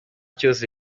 cyose